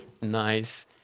Nice